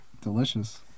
Delicious